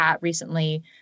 recently